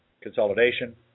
consolidation